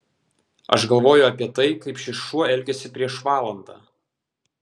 aš galvoju apie tai kaip šis šuo elgėsi prieš valandą